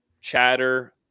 chatter